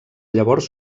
llavors